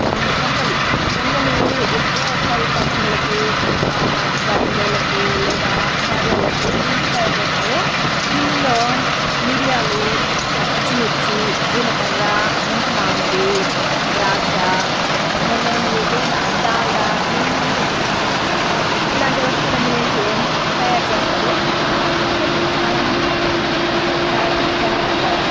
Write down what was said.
పొంగలి పొంగలి ఎప్పుడో ఒకసారి ఫంక్షన్లకి బర్త్డేలకు లేదా కార్యాలకు దీన్ని తయారు చేస్తారు దీనిలో మిరియాలు పచ్చిమిర్చి జీలకర్ర ముంతమామిడి ద్రాక్ష మొదలైనవి లేదా డాల్డా నెయ్యి ఇలాంటి వస్తువులు అన్నీ వేసి ఏం తయారు చేస్తారు పొంగలి చాలామంది తక్కువ చాలా తక్కువగానే తింటారు